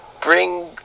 bring